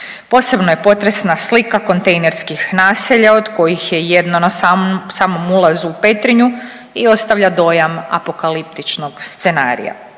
Posebno je potresna slika kontejnerskih naselja od kojih je jedno na samom, samom ulazu u Petrinju i ostavlja dojam apokaliptičnog scenarija.